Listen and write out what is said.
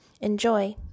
Enjoy